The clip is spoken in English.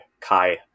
Kai